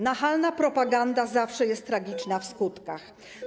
Nachalna propaganda zawsze jest tragiczna w skutkach.